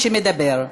מי שמדבר.